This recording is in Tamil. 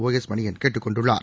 ஒஎஸ்மணியன் கேட்டுக் கொண்டுள்ளார்